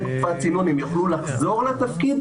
תקופת צינון הם יוכלו לחזור לתפקיד,